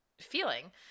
feeling